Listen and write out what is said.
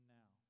now